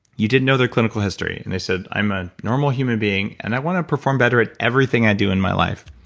you didn't know their clinical history, and they said i'm a normal human being and i want to perform better at everything i do in my life.